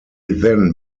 then